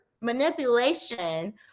manipulation